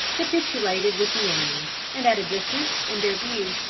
capitulated with the enemy, and at a distance, in their view,